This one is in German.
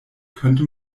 könnte